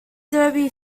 derby